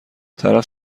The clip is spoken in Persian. طرف